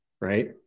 right